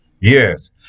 Yes